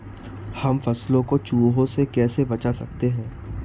हम फसलों को चूहों से कैसे बचा सकते हैं?